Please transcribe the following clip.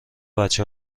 بچه